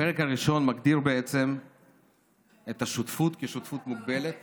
הפרק הראשון מגדיר בעצם את השותפות כשותפות מוגבלת